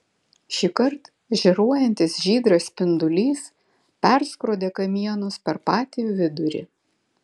šįkart žėruojantis žydras spindulys perskrodė kamienus per patį vidurį